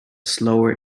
slower